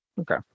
Okay